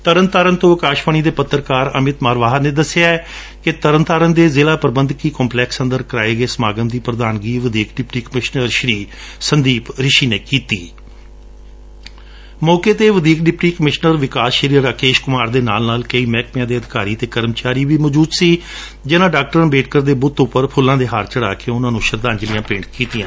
ਤਰਨਤਾਰਨ ਤੋਂ ਅਕਾਸ਼ਵਾਣੀ ਦੇ ਪੱਤਰਕਾਰ ਅਮਿਤ ਮਰਵਾਹਾ ਨੇ ਦਸਿਐ ਕਿ ਤਰਨਤਾਰਨ ਦੇ ਜ਼ਿਲ਼ਾ ਪੁਬੰਧਕੀ ਕੰਪਲੈਕਸ ਅੰਦਰ ਕਰਵਾਏ ਗਏ ਸਮਾਗਮ ਦੀ ਪ੍ਰਧਾਨਗੀ ਵਧੀਕ ਡਿਪਟੀ ਕਮਿਸ਼ਨਰ ਸੰਦੀਪ ਰਿਸ਼ੀ ਨੇ ਕੀਤੀ ਮੱਕੇ ਤੇ ਵਧੀਕ ਡਿਪਟੀ ਕਮਿਸ਼ਨਰ ਵਿਕਾਸ ਰਾਕੇਸ਼ ਕੁਮਾਰ ਦੇ ਨਾਲ ਨਾਲ ਕਈ ਮਹਿਕਮਿਆਂ ਦੇ ਅਧਿਕਾਰੀ ਅਤੇ ਕਰਮਚਾਰੀ ਵੀ ਮੌਜੁਦ ਸਨ ਜਿਨਾਂ ਡਾ ਅੰਬੇਡਕਰ ਦੇ ਬੁੱਤ ਤੇ ਹਾਰ ਚੜਾ ਕੇ ਉਨਾਂ ਨੂੰ ਸ਼ਰਧਾਂਜਲੀਆਂ ਭੇਟ ਕੀਤੀਆਂ